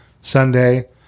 Sunday